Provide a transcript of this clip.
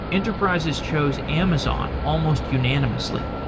enterprises chose amazon almost unanimously.